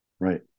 right